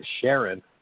Sharon